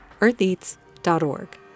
eartheats.org